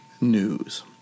news